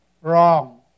Wrong